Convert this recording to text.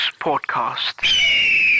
podcast